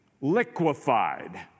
liquefied